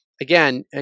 again